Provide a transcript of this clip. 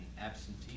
absentee